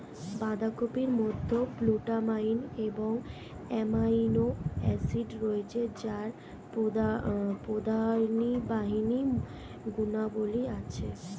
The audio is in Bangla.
বাঁধাকপির মধ্যে গ্লুটামাইন এবং অ্যামাইনো অ্যাসিড রয়েছে যার প্রদাহনির্বাহী গুণাবলী আছে